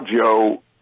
Joe